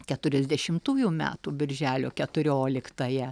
keturiasdešimtųjų metų birželio keturioliktaja